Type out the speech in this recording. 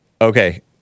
okay